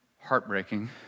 heartbreaking